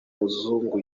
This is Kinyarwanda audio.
muzungu